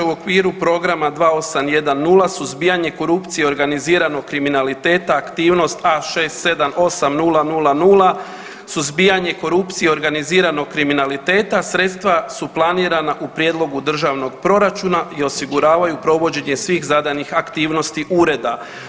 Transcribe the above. U okviru Programa 2810 Suzbijanje korupcije i organiziranog kriminaliteta aktivnost A678000 Suzbijanje korupcije i organiziranog kriminaliteta, sredstva su planirana u prijedlogu Državnog proračuna i osiguravaju provođenje svih zadanih aktivnosti ureda.